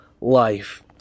life